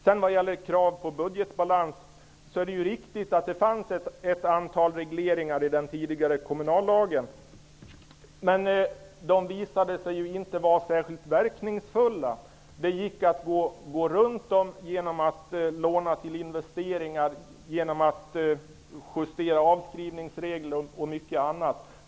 Det är riktigt att det fanns ett antal regleringar gällande budgetbalans i den tidigare kommunallagen. Men de visade sig inte vara särskilt verkningsfulla. Det gick att gå runt dem genom att låna till investeringar, genom att justera avskrivningsregler och mycket annat.